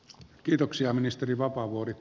kiitoksia ministeri vapaavuori